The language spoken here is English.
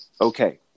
okay